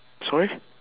sorry